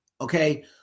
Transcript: Okay